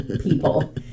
people